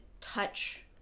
touch